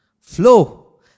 flow